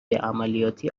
عملیاتی